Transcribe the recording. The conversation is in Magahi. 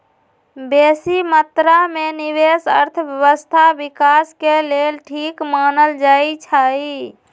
बेशी मत्रा में निवेश अर्थव्यवस्था विकास के लेल ठीक मानल जाइ छइ